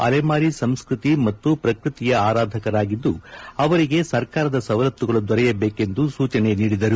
ಅಲೆಮಾರಿ ಸಂಸ್ಟ್ರತಿಯ ಮತ್ತು ಪ್ರಕೃತಿಯ ಆರಾಧಕರಾಗಿದ್ದು ಅವರಿಗೆ ಸರ್ಕಾರದ ಸವಲತ್ತುಗಳು ದೊರೆಯಬೇಕೆಂದು ಸೂಚನೆ ನೀಡಿದರು